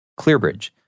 ClearBridge